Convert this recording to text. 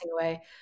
away